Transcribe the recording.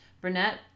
Burnett